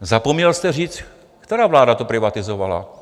Zapomněl jste říct, která vláda to privatizovala.